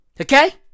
Okay